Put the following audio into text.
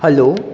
hello